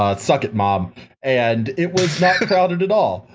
ah suck it mom and it was not crowded at all!